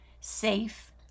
safe